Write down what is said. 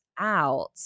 out